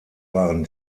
waren